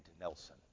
Nelson